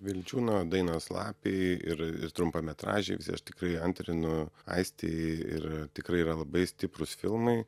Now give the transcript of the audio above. vildžiūno dainos lapei ir ir trumpametražiai visi aš tikrai antrinu aistei ir tikrai yra labai stiprūs filmai